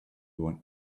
want